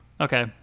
Okay